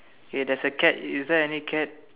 k there's a cat is there any cat